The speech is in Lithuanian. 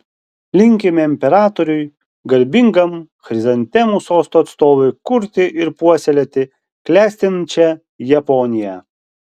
linkime imperatoriui garbingam chrizantemų sosto atstovui kurti ir puoselėti klestinčią japoniją